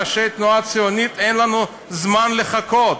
ראשי התנועה הציונית: אין לנו זמן לחכות,